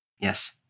Yes